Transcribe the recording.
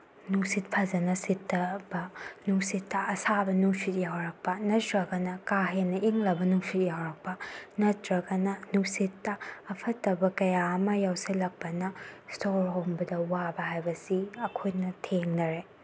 ꯅꯨꯡꯁꯤꯠ ꯐꯖꯅ ꯁꯤꯠꯇꯕ ꯅꯨꯡꯁꯤꯠꯇ ꯑꯁꯥꯕ ꯅꯨꯡꯁꯤꯠ ꯌꯥꯎꯔꯛꯄ ꯅꯠꯇ꯭ꯔꯒꯅ ꯀꯥ ꯍꯦꯟꯅ ꯏꯪꯂꯕ ꯅꯨꯡꯁꯤꯠ ꯌꯥꯎꯔꯛꯄ ꯅꯠꯇ꯭ꯔꯒꯅ ꯅꯨꯡꯁꯤꯠꯇ ꯐꯠꯇꯕ ꯀꯌꯥ ꯑꯃ ꯌꯥꯎꯁꯜꯂꯛꯄꯅ ꯁꯣꯔ ꯍꯣꯟꯕꯗ ꯋꯥꯕ ꯍꯥꯏꯕꯁꯤ ꯑꯩꯈꯣꯏꯅ ꯊꯦꯡꯅꯔꯦ